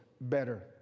better